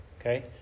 okay